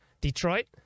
Detroit